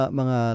mga